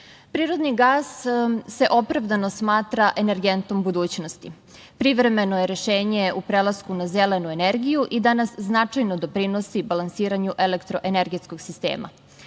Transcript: gas se opravdano smatra energentom budućnosti. Privremeno je rešenje u prelasku na zelenu energiju i danas značajno doprinosi balansiranju elektroenergetskog sistema.U